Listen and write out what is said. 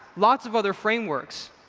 lots of other frameworks.